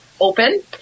open